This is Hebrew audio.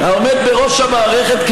" העומד בראש המערכת,